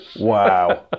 Wow